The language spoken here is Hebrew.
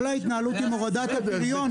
ההתנהלות עם הורדת הפריון --- בסדר,